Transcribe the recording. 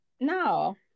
No